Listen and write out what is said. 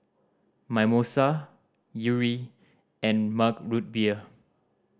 Mimosa Yuri and Mug Root Beer